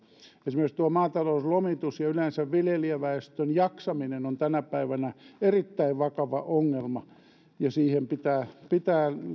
esimerkiksi maatalouslomitus ja yleensä viljelijäväestön jaksaminen on tänä päivänä erittäin vakava ongelma ja siihen pitää pitää